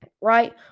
Right